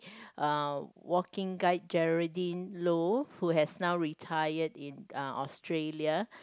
uh walking guide Geraldine Low who has now retired in uh Australia